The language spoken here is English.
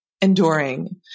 Enduring